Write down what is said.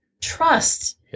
trust